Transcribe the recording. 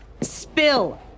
Spill